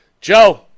Joe